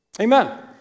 Amen